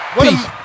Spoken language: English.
Peace